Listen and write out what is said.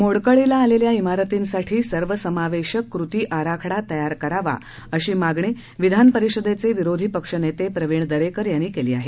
मोडकळीला आलेल्या इमारतींसाठी सर्वसमावेशक कृती आराखडा तयार करावा अशी मागणी विधानपरिषदेचे विरोधी पक्षनेते प्रविण दरेकर यांनी केली आहे